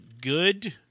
good